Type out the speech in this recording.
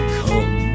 come